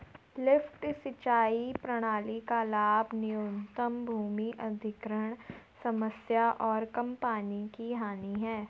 lift सिंचाई प्रणाली का लाभ न्यूनतम भूमि अधिग्रहण समस्या और कम पानी की हानि है